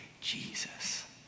Jesus